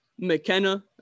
McKenna